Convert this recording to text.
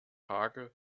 tage